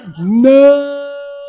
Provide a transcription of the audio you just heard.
No